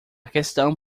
questão